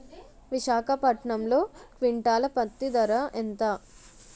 విశాఖపట్నంలో క్వింటాల్ పత్తి ధర ఎంత?